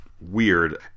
weird